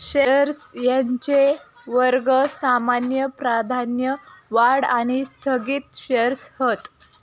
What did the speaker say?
shares यांचे वर्ग सामान्य, प्राधान्य, वाढ आणि स्थगित शेअर्स हत